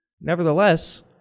Nevertheless